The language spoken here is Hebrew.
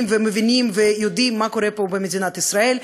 ומבינים ויודעים מה קורה פה במדינת ישראל,